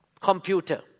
computer